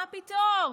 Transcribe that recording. מה פתאום,